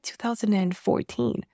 2014